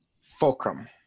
Fulcrum